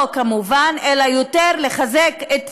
לא, כמובן, אלא יותר לחזק את